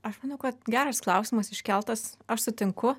aš manau kad geras klausimas iškeltas aš sutinku